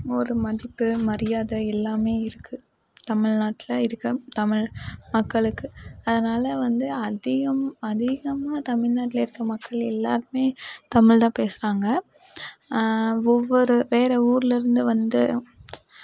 ஒரு மதிப்பு மரியாதை எல்லாமே இருக்குது தமிழ்நாட்டில் இருக்க தமிழ் மக்களுக்கு அதனால் வந்து அதிகம் அதிகமாக தமிழ்நாட்டில் இருக்க மக்கள் எல்லாருமே தமிழ் தான் பேசுகிறாங்க ஒவ்வொரு வேற ஊர்லேருந்து வந்து